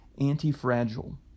anti-fragile